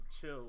chill